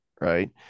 Right